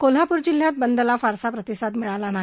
कोल्हापूर जिल्ह्यात बंदला फारसा प्रतिसाद मिळाला नाही